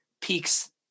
peaks